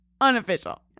Unofficial